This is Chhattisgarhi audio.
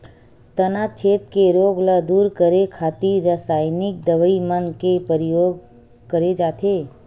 तनाछेद के रोग ल दूर करे खातिर रसाइनिक दवई मन के परियोग करे जाथे